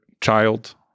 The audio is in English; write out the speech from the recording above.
child